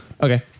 Okay